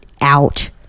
out